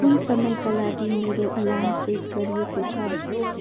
कुन समयका लागि मेरो अलार्म सेट गरिएको छ